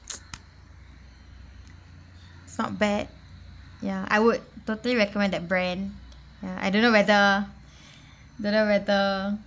is not bad ya I would totally recommend that brand ya I don't know whether don't know whether